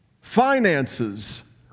Finances